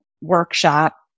workshop